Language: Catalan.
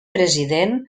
president